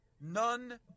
none